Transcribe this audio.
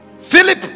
Philip